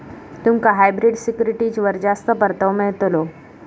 तुमका हायब्रिड सिक्युरिटीजवर जास्त परतावो मिळतलो